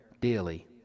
daily